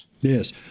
Yes